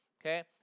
okay